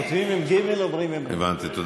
כותבים עם גימ"ל, אומרים עם רי"ש.